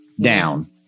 down